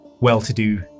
well-to-do